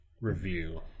review